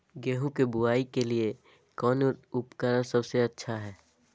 गेहूं के बुआई के लिए कौन उपकरण सबसे अच्छा है?